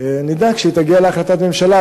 נדאג שהיא תגיע להחלטת ממשלה,